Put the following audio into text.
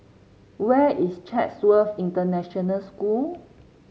where is Chatsworth International School